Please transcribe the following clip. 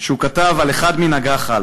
שהוא כתב על אחד מן הגח"ל: